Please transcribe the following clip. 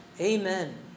Amen